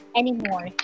anymore